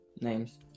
names